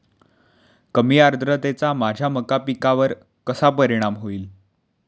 कमी आर्द्रतेचा माझ्या मका पिकावर कसा परिणाम होईल?